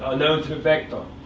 unknown to the victim.